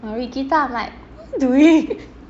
I'm like